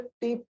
deep